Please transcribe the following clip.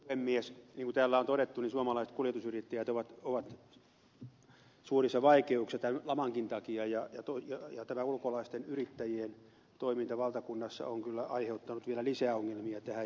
niin kuin täällä on todettu suomalaiset kuljetusyrittäjät ovat suurissa vaikeuksissa tämän lamankin takia ja tämä ulkolaisten yrittäjien toiminta valtakunnassa on kyllä aiheuttanut vielä lisäongelmia tähän